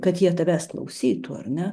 kad jie tavęs klausytų ar ne